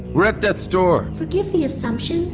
we're at death's door! forgive the assumption,